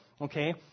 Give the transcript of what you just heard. okay